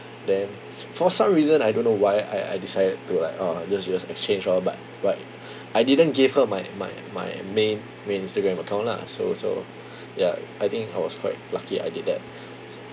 then for some reason I don't know why I I decided to like orh just just exchange lor but but I didn't gave her my my my main main instagram account lah so so ya I think I was quite lucky I did that